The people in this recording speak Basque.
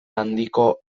handiko